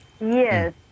yes